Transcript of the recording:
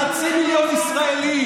כל, חצי מיליון ישראלים.